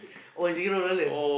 or zero dollar